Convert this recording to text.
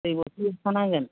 दै बथल एक्सथ्रा नांगोन